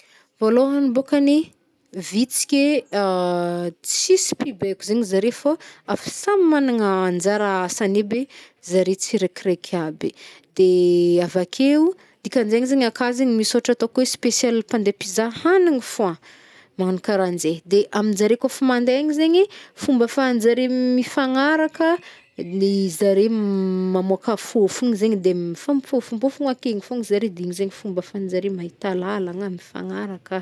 Vôlôhany bôkagny, vitsike, tsisy mpibeko zegny zare, fô efa samy magnagna anjara asany neby zare tsirekireky aby. De avakeo, dikanjegny zagny aka zegny mis ôhatra ataok oe spesialy mpandeh mpizaha hanigny fôgna, magnagno karahanjay. De aminjare kôf mandeh zegny, fomba ahafahanjare m- mifagnaraka ny- zare m- mamôka fôfôgno zegny de mifamôfofompôfogna akegny fôgn zare de zegny n fomba ahafahanjare mahita lalagna, mifagnaraka.